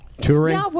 Touring